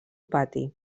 pati